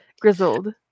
Grizzled